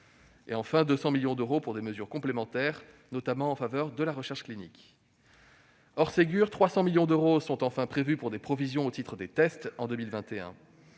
; 200 millions d'euros pour les mesures complémentaires, notamment en faveur de la recherche clinique. Hors Ségur, 300 millions d'euros sont enfin prévus pour des provisions au titre des tests en 2021.